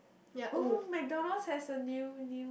oh McDonald's has a new new